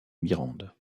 mirande